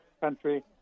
country